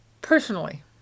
personally